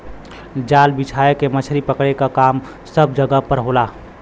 जाल बिछा के मछरी पकड़े क काम सब जगह पर होला